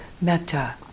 metta